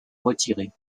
retirer